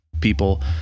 people